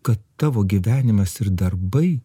kad tavo gyvenimas ir darbai